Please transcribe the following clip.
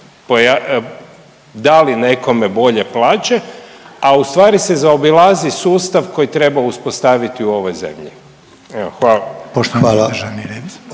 dale bolje plaće, a u stvari se zaobilazi sustav koji treba uspostaviti u ovoj zemlji. Evo